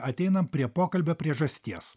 ateinam prie pokalbio priežasties